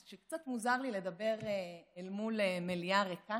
שקצת מוזר לי לדבר אל מול מליאה ריקה.